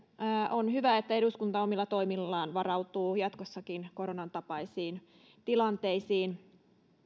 on hyvä että eduskunta omilla toimillaan varautuu jatkossakin koronan tapaisiin tilanteisiin